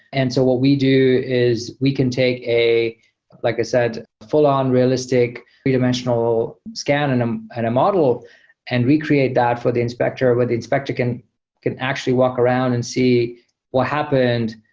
and so what we do is we can take, like i said, full-on realistic three-dimensional scan and um and a model and recreate that for the inspector, where the inspector can can actually walk around and see what happened.